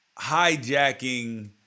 hijacking